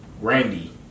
Randy